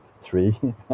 three